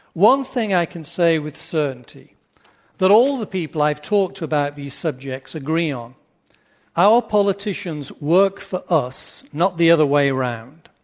one thing i can say with certainty that all the people i've talked to about these subjects agree on our politicians work for us, not the other way around.